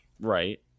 Right